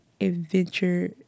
adventure